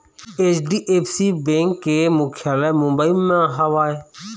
HDFC bank के मुख्यालय मुंबई म हवय